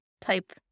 type